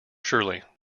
surely